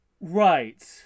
Right